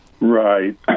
Right